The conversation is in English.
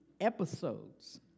episodes